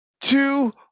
two